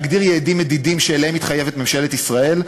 להגדיר יעדים מדידים שאליהם מתחייבת ממשלת ישראל,